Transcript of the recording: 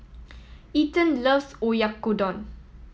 Ethen loves Oyakodon